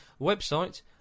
website